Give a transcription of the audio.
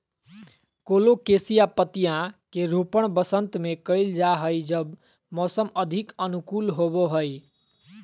colocasia पत्तियां के रोपण वसंत में कइल जा हइ जब मौसम अधिक अनुकूल होबो हइ